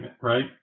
right